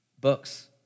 books